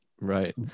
right